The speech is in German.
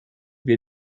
wir